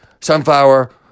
Sunflower